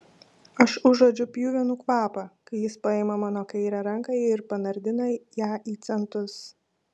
aš užuodžiu pjuvenų kvapą kai jis paima mano kairę ranką ir panardina ją į centus